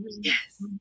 Yes